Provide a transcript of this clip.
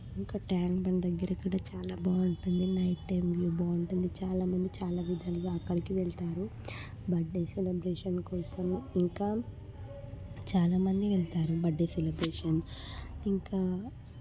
ఇంకా tank bund దగ్గర అక్కడ చాలా బాగుంటుంది నైట్ టైంలో బాగుంటుంది చాలా మంది చాలా విధాలుగా అక్కడికి వెళతారు బర్త్డే సెలబ్రేషన్ కోసం ఇంకా చాలా మంది వెళతారు బర్త్డే సెలబ్రేషన్ ఇంకా